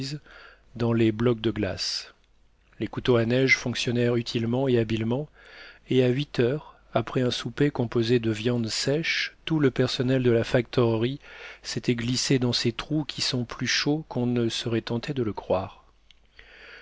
dans les blocs de glace les couteaux à neige fonctionnèrent utilement et habilement et à huit heures après un souper composé de viandes sèches tout le personnel de la factorerie s'était glissé dans ces trous qui sont plus chauds qu'on ne serait tenté de le croire